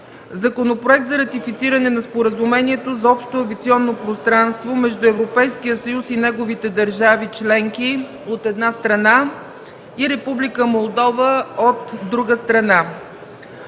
Законопроект за ратифициране на Споразумението за общо авиационно пространство между Европейския съюз и неговите държави членки, от една страна, и Република Молдова, от друга страна.